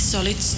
Solid